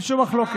אין שום מחלוקת.